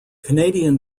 canadian